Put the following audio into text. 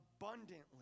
abundantly